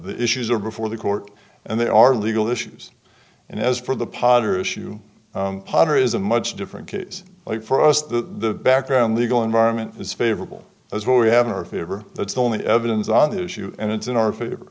the issues are before the court and they are legal issues and as for the potter issue potter is a much different case like for us the background legal environment is favorable as well we have in our favor that's the only evidence on the issue and it's in our